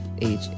age